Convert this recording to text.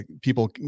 people